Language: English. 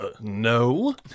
no